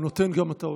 הוא נותן גם את ההודעה.